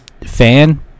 fan